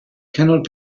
cannot